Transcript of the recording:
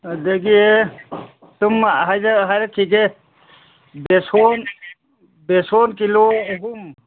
ꯑꯗꯒꯤ ꯁꯨꯝ ꯍꯥꯏꯔꯛꯈꯤꯒꯦ ꯕꯦꯁꯣꯟ ꯕꯦꯁꯣꯟ ꯀꯤꯂꯣ ꯑꯍꯨꯝ